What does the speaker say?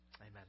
Amen